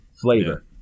flavor